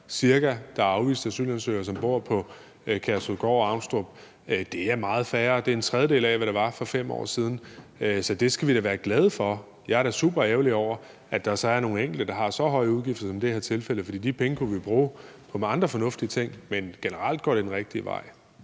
der er afviste asylansøgere, og som bor på Kærshovedgård og Avnstrup. Det er meget færre, og det er en tredjedel af, hvad det var for 5 år siden. Så det skal vi da være glade for. Jeg er super ærgerlig over, at der så er nogle enkelte, der er så høje udgifter med, for de penge kunne vi bruge på andre fornuftige ting. Men generelt går det den rigtige vej.